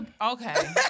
okay